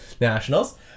Nationals